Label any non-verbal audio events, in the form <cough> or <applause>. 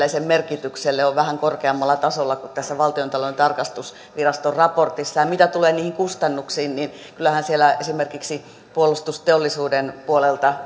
<unintelligible> ja sen merkitystä kohtaan on vähän korkeammalla tasolla kuin tämän valtiontalouden tarkastusviraston raportin mukaan ja mitä tulee niihin kustannuksiin niin kyllähän siellä esimerkiksi puolustusteollisuuden puolelta <unintelligible>